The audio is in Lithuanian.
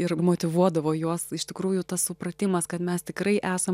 ir motyvuodavo juos iš tikrųjų tas supratimas kad mes tikrai esam